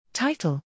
Title